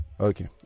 Okay